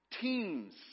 teams